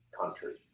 country